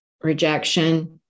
rejection